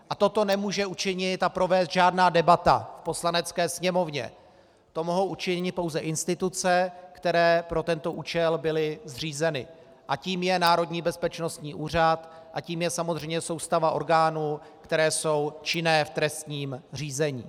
A toto nemůže učinit a provést žádná debata v Poslanecké sněmovně, to mohou učinit pouze instituce, které pro tento účel byly zřízeny, a tou je Národní bezpečnostní úřad a tou je samozřejmě soustava orgánů, které jsou činné v trestním řízení.